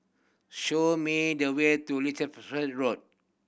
show me the way to Road